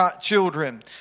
children